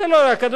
אדוני היושב-ראש,